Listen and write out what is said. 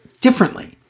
differently